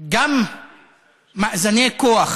גם מאזני כוח